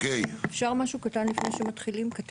אפשר משהו קטן לפני שמתחילים, קטן?